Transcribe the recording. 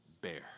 bear